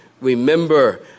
Remember